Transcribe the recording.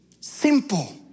Simple